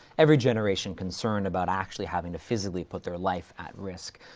every generation concerned about actually having to physically put their life at risk.